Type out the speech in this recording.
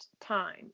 time